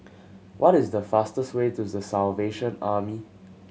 what is the fastest way to The Salvation Army